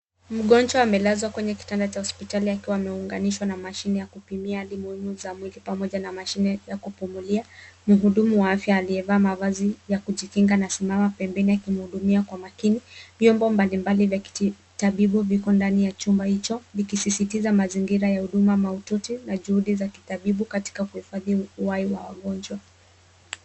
Mgonjwa amelazwa kwenye kitanda cha hospitali akiwa ameunganishwa na mashine ya kupimia hali muhimu za mwili pamoja na mashine ya kupumulia. Mhudumu wa afya aliyevaa mavazi ya kujikinga anasimama pembeni akimhudumia kwa makini. Vyombo mbalimbali vya kitabibu viko ndani ya chumba hicho vikisisitiza mazingira ya huduma maututi na juhudi za kitabibu katika kuhifadhi uhai wa wagonjwa.